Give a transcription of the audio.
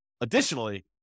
additionally